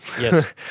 yes